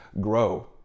grow